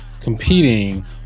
competing